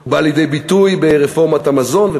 הוא בא לידי ביטוי ברפורמת המזון,